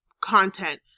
content